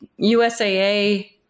usaa